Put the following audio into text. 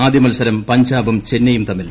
ആദ്യ മത്സരം പഞ്ചാബും ചെന്നൈയും തമ്മിൽ